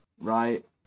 Right